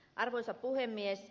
arvoisa puhemies